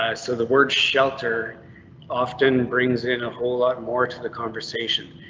so the word shelter often and brings in a whole lot more to the conversation.